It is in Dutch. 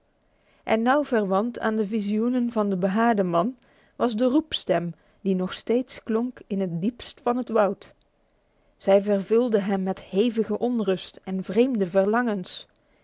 en nauw verwant aan de visioenen van den behaarden man was de roepstem die nog steeds klonk in het diepst van het woud zij vervulde hem met hevige onrust en vreemde verlangens